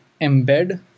embed